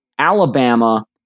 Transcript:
Alabama